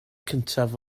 cyntaf